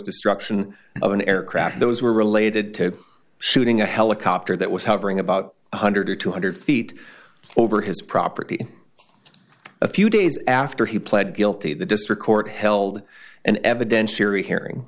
destruction of an aircraft those were related to shooting a helicopter that was hovering about one hundred dollars or two hundred feet over his property a few days after he pled guilty the district court held an evidentiary hearing